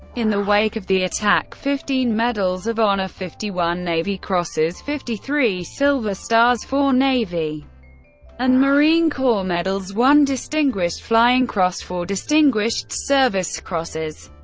in the wake of the attack, fifteen medals of honor, fifty one navy crosses, fifty three silver stars, four navy and marine corps medals, one distinguished flying cross, four distinguished service crosses,